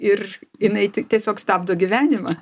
ir jinai tiesiog stabdo gyvenimą